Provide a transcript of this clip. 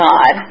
God